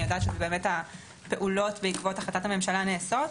אני יודעת שהפעולות בעקבות החלטות הממשלה נעשות,